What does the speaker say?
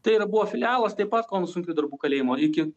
tai yra buvo filialas taip pat kauno sunkiųjų darbų kalėjimo iki